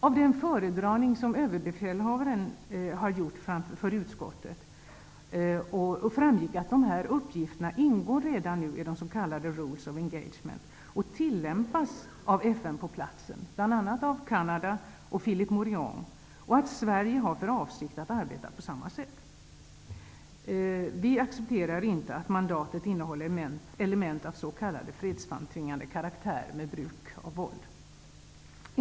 Av den föredragning som överbefälhavaren har haft för utskottet framgick att de här uppgifterna redan ingår i de s.k. Rules of Engagement och tillämpas av FN på platsen, bl.a. av Canada och Philip Morillon, och att Sverige har för avsikt att arbeta på samma sätt. Vi accepterar inte att mandatet innehåller element av s.k. fredsframtvingande karaktär, där bruk av våld tillåts.